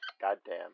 Goddamn